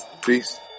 Peace